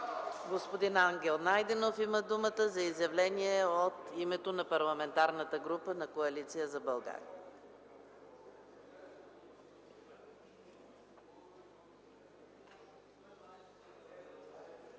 Господин Ангел Найденов има думата за изявление от името на Парламентарната група на Коалиция за България.